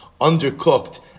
undercooked